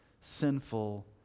sinful